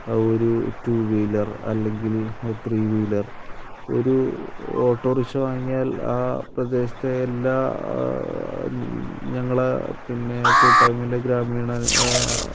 ഒരു two wheeler അല്ലെങ്കില് three wheeler ഒരു ഓട്ടോ റിക്ഷ വാങ്ങിയാൽ ആ പ്രദേശത്തെ എല്ലാ ഞങ്ങള് പിന്നെ കൂട്ടായ്മയിലെ ഗ്രാമീണ